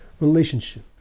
relationship